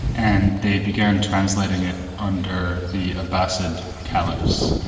and they began translating it under the abbasid caliphs,